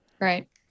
Right